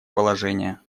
положения